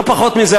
לא פחות מזה,